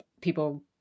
people